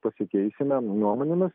pasikeisime nuomonėmis